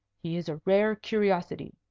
he is a rare curiosity.